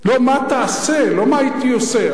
מה הייתי עושה?